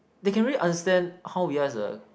they can really understand how you guys are